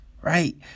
right